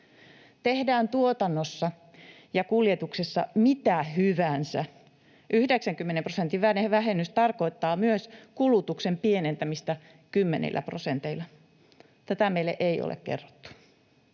Tehdään tuotannossa ja kuljetuksessa mitä hyvänsä, 90 prosentin vähennys tarkoittaa myös kulutuksen pienentämistä kymmenillä prosenteilla. Tätä meille ei ole kerrottu.